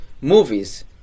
movies